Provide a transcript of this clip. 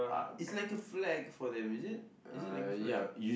it's like a flag for them is it is it like a flag